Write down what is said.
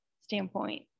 standpoint